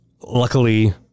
luckily